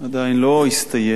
עדיין לא הסתיים,